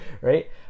right